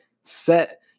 set